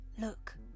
Look